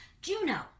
Juno